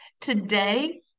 today